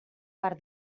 per